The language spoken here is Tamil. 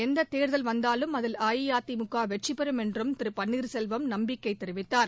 எந்த தேர்தல் வந்தாலும் அதில் அஇஅதிமுக வெற்றிபெறும் என்றும் திரு பன்னீர்செல்வம் நம்பிக்கை தெரிவித்தார்